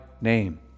name